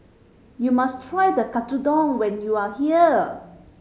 you must try the Katsudon when you are here